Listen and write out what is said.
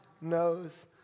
knows